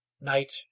Night